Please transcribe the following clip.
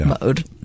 mode